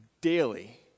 daily